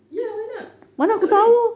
ya why not kenapa tak boleh